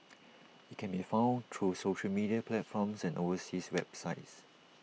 IT can be found through social media platforms and overseas websites